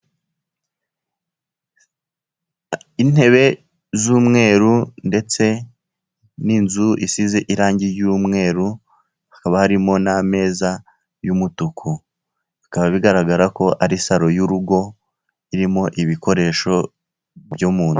Intebe z'umweru ndetse n'inzu isize irangi ry'umweru, hakaba harimo n'ameza y'umutuku, bikaba bigaragara ko ari saro y'urugo irimo ibikoresho byo mu nzu.